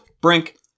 Brink